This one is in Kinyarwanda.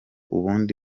ubundi